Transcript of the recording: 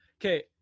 Okay